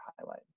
highlight